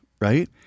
right